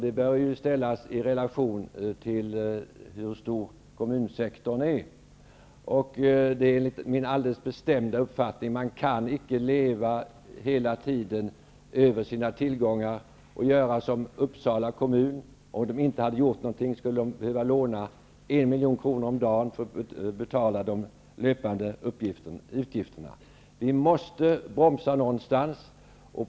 Det behöver ställas i relation till hur stor kommunsektorn är. Det är min alldeles bestämda uppfattning att man inte hela tiden kan leva över sina tillgångar och göra som Uppsala kommun. Om man inte hade gjort någonting där, skulle kommunen ha behövt låna 1 milj.kr. om dagen för att betala de löpande utgifterna. Vi måste bromsa någonstans.